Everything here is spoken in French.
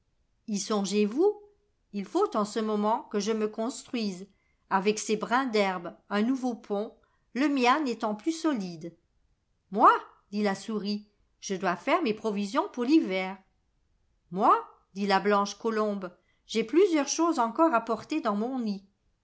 y songez-vous il faut en ce moment que je me construise avec ces brins d'herbe un nouveau pont le mien n'étant plus solide moi dit la souris je dois faire mes provisions pour l'hiver de noël moi dit la blanche colombe j'ai plusieurs choses encore à porter dans mon nid